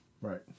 Right